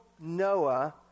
Noah